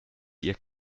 ihr